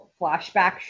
flashback